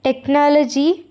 technology